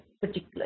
particular